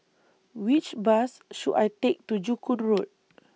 Which Bus should I Take to Joo Koon Road